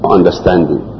Understanding